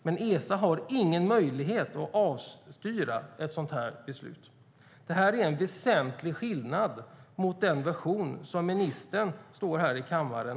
Men Esa har ingen möjlighet att avstyra ett sådant beslut. Det är en väsentlig skillnad mot den version som ministern framhåller i kammaren.